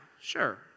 sure